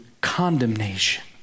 condemnation